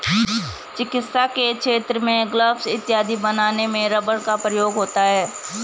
चिकित्सा के क्षेत्र में ग्लब्स इत्यादि बनाने में रबर का प्रयोग होता है